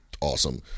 awesome